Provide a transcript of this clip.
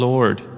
Lord